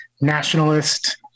nationalist